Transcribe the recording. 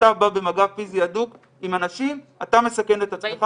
כשאתה בא במגע פיזי הדוק עם אנשים אתה מסכן את עצמך